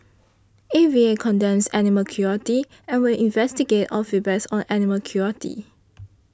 A V A condemns animal cruelty and will investigate all feedbacks on animal cruelty